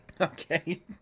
Okay